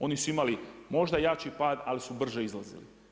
Oni su imali možda jači pad ali su brže izlazili.